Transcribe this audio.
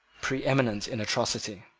preeminent in atrocity.